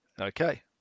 Okay